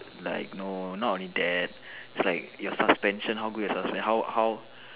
like no not only that is like your suspension how good your suspension how how